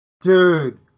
Dude